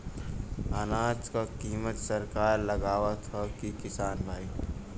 अनाज क कीमत सरकार लगावत हैं कि किसान भाई?